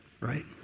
Right